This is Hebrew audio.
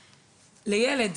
לילד,